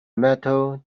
metal